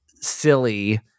silly